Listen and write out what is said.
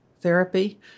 therapy